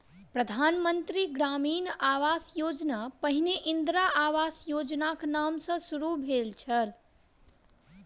प्रधान मंत्री ग्रामीण आवास योजना पहिने इंदिरा आवास योजनाक नाम सॅ शुरू भेल छल